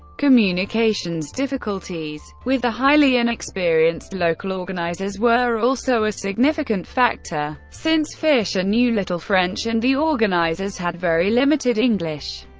communications difficulties with the highly inexperienced local organizers were also a significant factor, since fischer knew little french and the organizers had very limited english.